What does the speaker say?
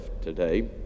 today